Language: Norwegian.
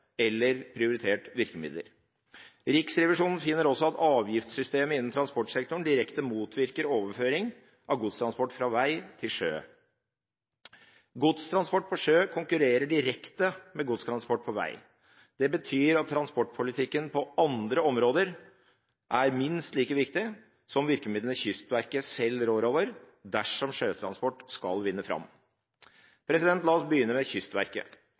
eller prioritert virkemidler. Riksrevisjonen finner også at avgiftssystemet innen transportsektoren direkte motvirker overføring av godstransport fra vei til sjø. Godstransport på sjø konkurrerer direkte med godstransport på vei. Det betyr at transportpolitikken på andre områder er minst like viktig som virkemidlene Kystverket selv rår over, dersom sjøtransport skal vinne fram. La oss begynne med Kystverket.